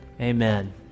Amen